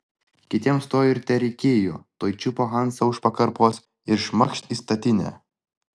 kitiems to ir tereikėjo tuoj čiupo hansą už pakarpos ir šmakšt į statinę